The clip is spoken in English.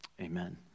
Amen